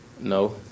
No